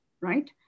right